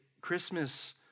Christmas